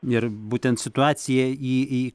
ir būtent situaciją į į